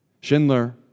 Schindler